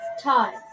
time